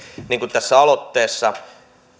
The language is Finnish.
niin kuin tässä aloitteessa